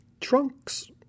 Trunks